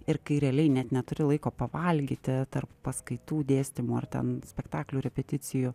ir kai realiai net neturi laiko pavalgyti tarp paskaitų dėstymų ar ten spektaklių repeticijų